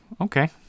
Okay